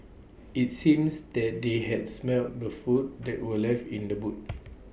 IT seems that they had smelt the food that were left in the boot